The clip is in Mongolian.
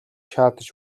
шаардаж